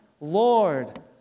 Lord